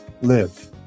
live